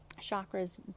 chakras